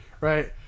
Right